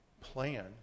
plan